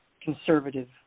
conservative